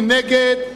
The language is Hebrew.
מי נגד?